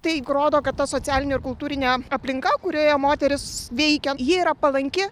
tai rodo kad ta socialinė ir kultūrinė aplinka kurioje moterys veikia ji yra palanki